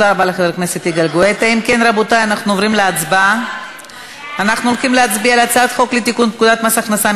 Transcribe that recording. בשעה כזו חשבנו להעביר את זה,